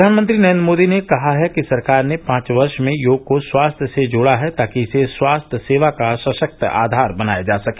प्रधानमंत्री नरेन्द्र मोदी ने कहा है कि सरकार ने पांच वर्ष में योग को स्वास्थ्य से जोड़ा है ताकि इसे स्वास्थ्य सेवा का सशक्त आधार बनाया जा सके